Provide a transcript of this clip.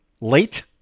late